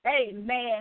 Amen